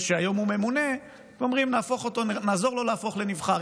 שהיום הוא ממונה, ואומרים: נעזור לו להפוך לנבחר.